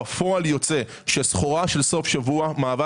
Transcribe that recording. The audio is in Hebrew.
בפועל יוצא שסחורה של סוף שבוע מהווה